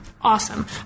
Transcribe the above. Awesome